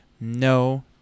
No